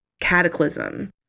cataclysm